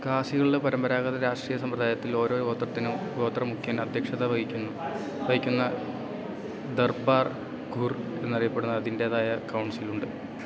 ഖാസികളുടെ പരമ്പരാഗത രാഷ്ട്രീയ സമ്പ്രദായത്തിൽ ഓരോ ഗോത്രത്തിനും ഗോത്രമുഖ്യൻ അദ്ധ്യക്ഷത വഹിക്കുന്നു വഹിക്കുന്ന ദർബാർ ഖുർ എന്നറിയപ്പെടുന്ന അതിൻ്റെതായ കൗൺസിലുണ്ട്